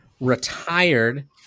retired